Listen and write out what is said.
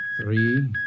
three